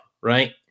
right